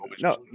No